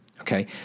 Okay